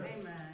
Amen